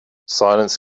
silence